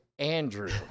Andrew